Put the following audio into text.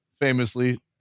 famously